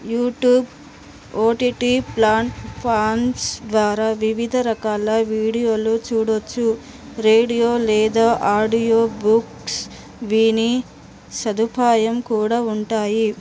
YouTube OTT platforms ద్వారా వివిధ రకాల వీడియోలు చూడచ్చు రేడియో లేదా ఆడియో బుక్స్ వీనే సదుపాయం కూడా ఉంటాయి